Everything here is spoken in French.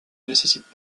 nécessitent